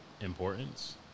importance